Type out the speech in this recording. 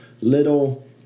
little